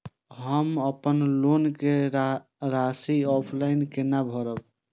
हम अपन लोन के राशि ऑफलाइन केना भरब?